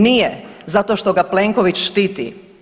Nije zato što ga Plenković štiti.